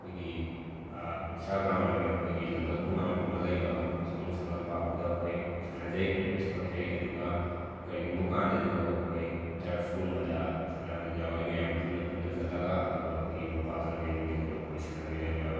ꯑꯩꯈꯣꯏꯒꯤ ꯀ꯭ꯔꯤꯞꯁꯥ ꯒ꯭ꯔꯥꯎꯟ ꯍꯥꯏꯅ ꯑꯩꯈꯣꯏꯒꯤ ꯂꯝꯕꯣꯏꯈꯣꯡꯅꯥꯡꯈꯣꯡꯗ ꯂꯩꯕ ꯁꯥꯃꯨꯁꯪ ꯂꯝꯄꯥꯛꯇꯨꯗ ꯁꯥꯟꯅꯖꯩ ꯄ꯭ꯔꯦꯛꯇꯤꯁ ꯇꯧꯖꯩ ꯑꯗꯨꯒ ꯀꯔꯤꯒꯨꯝꯕꯀꯥꯟꯗꯁꯨ ꯑꯩꯈꯣꯏ ꯇꯔꯐꯒꯨꯝꯕꯗ ꯁꯥꯟꯅꯕ ꯌꯥꯎꯏ ꯃꯌꯥꯝ ꯄꯨꯟꯅ ꯄꯨꯟꯅ ꯆꯠꯂꯒ ꯑꯗꯨꯒ ꯑꯩꯈꯣꯏꯒꯤ ꯃꯄꯥꯜ ꯀꯥꯡꯖꯩꯕꯨꯡꯗꯁꯨ ꯑꯩꯈꯣꯏ ꯁꯥꯟꯅꯃꯤꯟꯅꯕ ꯌꯥꯎꯏ